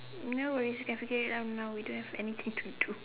no worries we can figute it out now we don't have anything thing to do